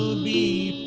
me